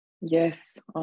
Yes